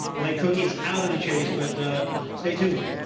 blake koch is out of the chase. but stay tuned.